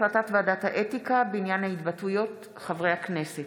החלטת ועדת האתיקה בעניין התבטאויות חברי הכנסת.